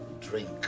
drink